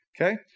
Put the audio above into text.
Okay